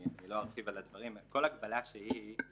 לא ארחיב על הדברים, כל הגבלה שהיא,